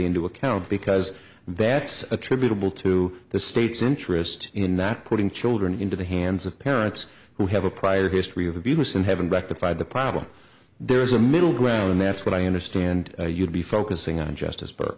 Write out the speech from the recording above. into account because that's attributable to the state's interest in that putting children into the hands of parents who have a prior history of abuse and having rectified the problem there is a middle ground and that's what i understand you'd be focusing on justice burke